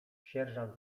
sierżant